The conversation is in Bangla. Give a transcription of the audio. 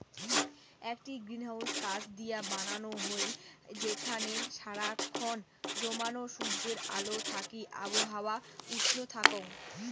আকটা গ্রিনহাউস কাচ দিয়া বানানো হই যেখানে সারা খন জমানো সূর্যের আলো থাকি আবহাওয়া উষ্ণ থাকঙ